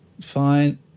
Fine